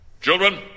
Children